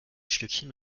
schlückchen